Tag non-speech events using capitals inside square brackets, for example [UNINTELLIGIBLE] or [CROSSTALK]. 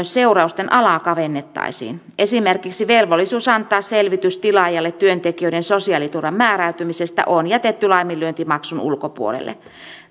[UNINTELLIGIBLE] seurausten alaa kavennettaisiin esimerkiksi velvollisuus antaa selvitys tilaajalle työntekijöiden sosiaaliturvan määräytymisestä on jätetty laiminlyöntimaksun ulkopuolelle